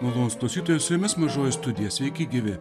malonūs klausytojai su jumis mažoji studija sveiki gyvi